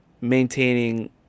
Maintaining